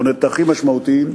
או נתחים משמעותיים,